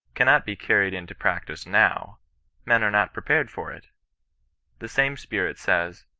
cannot be carried into practice now men are not prepared for it the same spirit says,